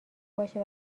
باشه